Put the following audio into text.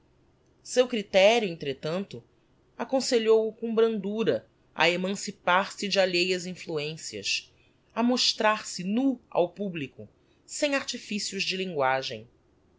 seu criterio entretanto aconselhou o com brandura a emancipar se de alheias influencias a mostrar-se nú ao publico sem artificios de linguagem